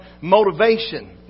motivation